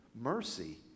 mercy